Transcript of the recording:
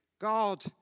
God